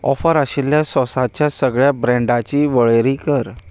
offer आशिल्ल्या सोसाच्या सगळ्या ब्रँडांची वळेरी कर